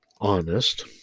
honest